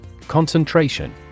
Concentration